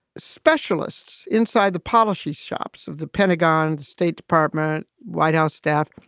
specialists inside the policy shops of the pentagon, the state department, white house staff,